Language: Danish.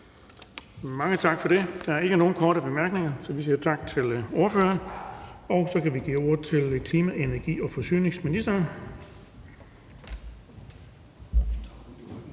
Mange tak for det. Der er ikke nogen korte bemærkninger. Tak til ordføreren. Så kan vi gå videre til klima-, energi- og forsyningsministeren.